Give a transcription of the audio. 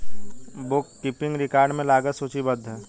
book keeping record में लागत सूचीबद्ध है